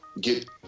get